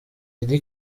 eddy